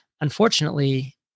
unfortunately